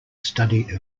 study